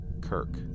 Kirk